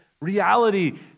reality